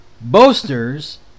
boasters